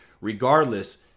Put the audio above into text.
Regardless